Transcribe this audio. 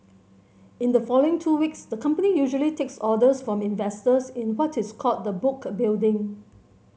in the following two weeks the company usually takes orders from investors in what is called the book building